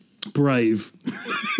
brave